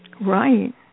right